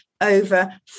over